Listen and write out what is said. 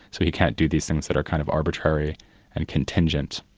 so he can't do these things that are kind of arbitrary and contingent.